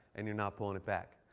and you're not pulling it back.